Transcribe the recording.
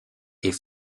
est